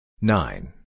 Nine